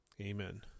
Amen